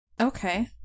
okay